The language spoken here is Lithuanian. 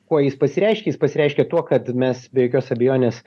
kuo jis pasireiškia jis pasireiškia tuo kad mes be jokios abejonės